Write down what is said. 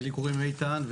לי קוראים איתן.